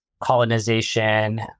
colonization